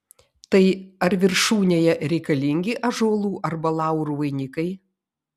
tai ar viršūnėje reikalingi ąžuolų arba laurų vainikai